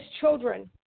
children